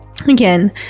Again